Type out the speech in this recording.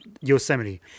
Yosemite